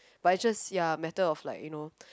but it's just ya matter of like you know